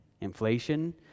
inflation